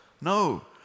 No